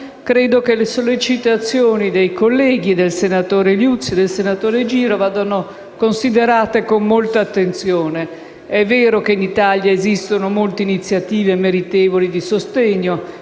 credo che le sollecitazioni dei colleghi, del senatore Liuzzi e del senatore Giro vadano considerate con molta attenzione. È vero che in Italia esistono molte iniziative meritevoli di sostegno